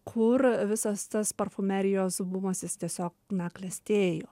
kur visas tas parfumerijos bumas jis tiesiog na klestėjo